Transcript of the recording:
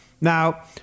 Now